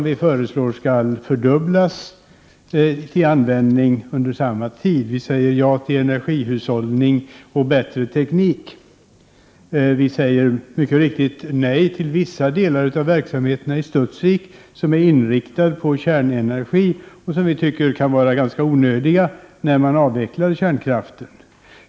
Vi föreslår att användningen av biobränslen skall fördubblas under samma tid. Vi säger ja till energihushållning och bättre teknik. Vi säger mycket riktigt nej till vissa delar av verksamheterna i Studsvik, som är inriktade på kärnenergi och som vi tycker kan vara ganska onödiga när man avvecklar kärnkraften.